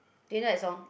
do you know that song